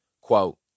quote